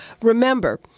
remember